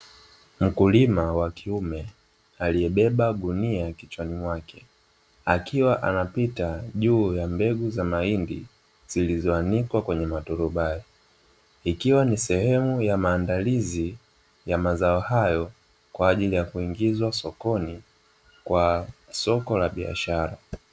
Mkulima wa kiume aliyebeba gunia kichwani mwake, akiwa anapita juu ya mbegu za mahindi zilizoanikwa kwenye maturubai, ikiwa ni sehemu ya maandalizi ya mazao hayo kwa ajili ya kuingizwa sokoni kwa soko la biashara.